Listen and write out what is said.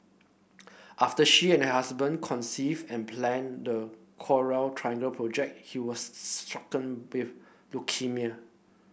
after she and her husband conceived and planned the Coral Triangle project he was stricken with leukaemia